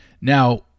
Now